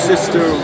Sister